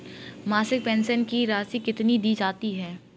मासिक पेंशन की राशि कितनी दी जाती है?